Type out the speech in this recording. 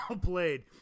played